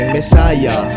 Messiah